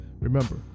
remember